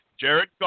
Jared